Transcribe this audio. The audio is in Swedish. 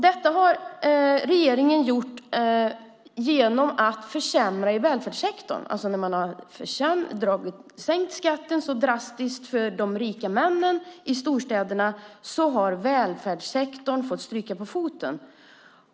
Detta har regeringen gjort genom att försämra i välfärdssektorn. När man har sänkt skatten drastiskt för de rika männen i storstäderna har välfärdssektorn fått stryka på foten.